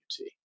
UT